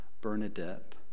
Bernadette